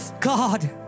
god